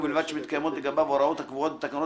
ובלבד שמתקיימות לגביו ההוראות הקבועות בתקנות